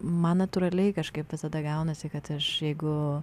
man natūraliai kažkaip visada gaunasi kad aš jeigu